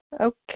Okay